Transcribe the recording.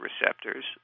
receptors